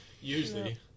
Usually